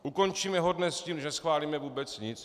Ukončíme ho dnes tím, že neschválíme vůbec nic?